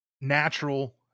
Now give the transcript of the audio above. natural